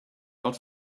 not